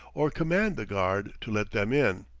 or command the guard to let them in.